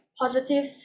positive